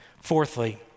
Fourthly